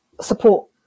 support